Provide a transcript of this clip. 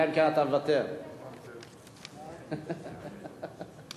ויבוא חבר הכנסת יואל חסון.